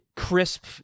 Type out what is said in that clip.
crisp